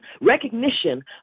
recognition